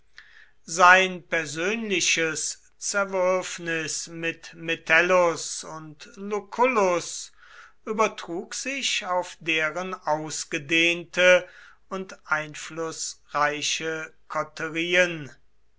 sein persönliches zerwürfnis mit metellus und lucullus übertrug sich auf deren ausgedehnte und einflußreiche